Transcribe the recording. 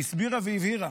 שהסבירה והבהירה